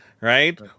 Right